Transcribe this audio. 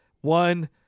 one